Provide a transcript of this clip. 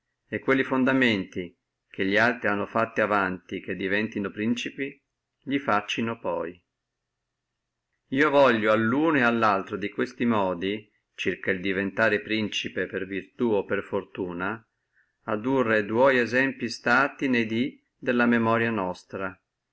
e quelli fondamenti che li altri hanno fatto avanti che diventino principi li faccino poi io voglio alluno et allaltro di questi modi detti circa el diventare principe per virtù o per fortuna addurre dua esempli stati ne dí della memoria nostra